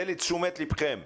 זה לתשומת לבכם,